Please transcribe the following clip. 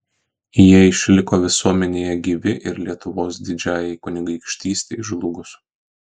jie išliko visuomenėje gyvi ir lietuvos didžiajai kunigaikštystei žlugus